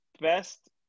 best